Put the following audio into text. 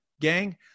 gang